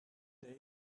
day